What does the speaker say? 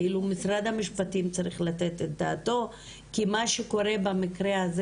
משרד המשפטים צריך לתת את דעתו כי מה שקורה במקרה הזה